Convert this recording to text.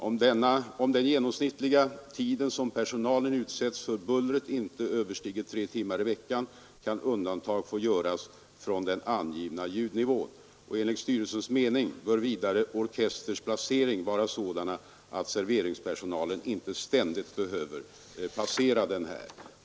Om den genomsnittliga tid som personalen utsätts för bullret inte överstiger tre timmar i veckan kan undantag få göras från den angivna ljudnivån. Enligt styrelsens mening bör vidare orkesterns placering vara sådan att serveringspersonal inte ständigt behöver passera nära denna.